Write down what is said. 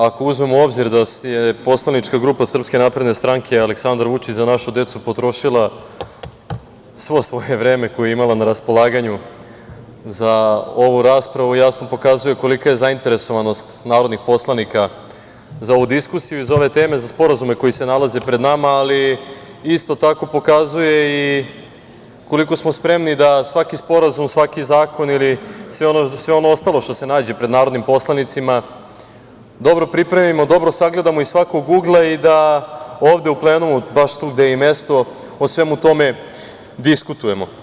Ako uzmemo u obzir da je poslanička grupa SNS „Aleksandar Vučić – Za našu decu“ potrošila sve svoje vreme koje je imala na raspolaganju za ovu raspravu, jasno pokazuje kolika je zainteresovanost narodnih poslanika za ovu diskusiju i za ove teme, za sporazume koji se nalaze pred nama, ali isto tako pokazuje i koliko smo spremni da svaki sporazum, svaki zakon ili sve ono ostalo što se nađe pred narodnim poslanicima dobro pripremimo, dobro sagledamo iz svakog ugla i da ovde u plenumu, baš tu gde je i mesto, o svemu tome diskutujemo.